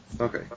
Okay